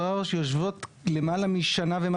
והכשירו אותה, את הדבר הזה.